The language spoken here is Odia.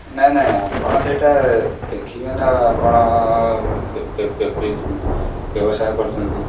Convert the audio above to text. ନାଇଁ ନାଇଁ ଆପଣ ସେଇଟା ଦେଖିବେ ନା ଆଉ ଆପଣ ବ୍ୟବସାୟ କରୁଛନ୍ତି